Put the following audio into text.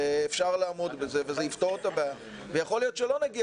ואפשר לעמוד בזה וזה יפתור את הבעיה ויכול להיות שלא נגיע